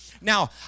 Now